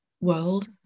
world